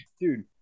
Dude